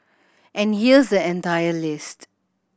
and here's the entire list